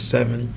Seven